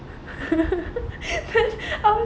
um